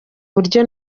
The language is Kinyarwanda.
buryo